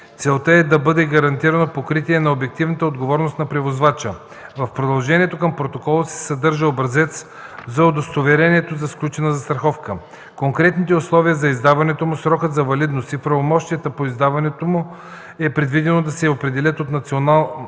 Целта е да бъде гарантирано покритие на обективната отговорност на превозвача. В приложението към протокола се съдържа образец на удостоверението за сключена застраховка. Конкретните условия за издаването му, срокът на валидност и правомощията по издаването му е предвидено да се определят от националното